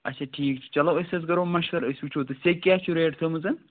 اَچھا ٹھیٖک چھِ چلو أسۍ حظ کَرَو مشورٕ أسۍ وُچھَو تہٕ سٮ۪کہِ کیٛاہ چھُ ریٹ تھٲومٕژ